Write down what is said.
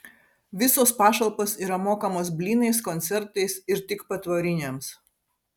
visos pašalpos yra mokamos blynais koncertais ir tik patvoriniams